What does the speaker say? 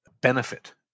benefit